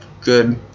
good